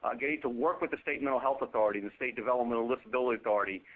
um getting to work with the state mental health authority, the state developmental disability authority,